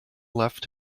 left